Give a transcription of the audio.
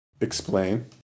Explain